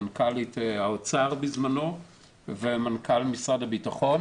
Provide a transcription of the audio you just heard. מנכ"לית האוצר בזמנו ומנכ"ל משרד הבטחון